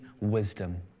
wisdom